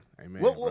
Amen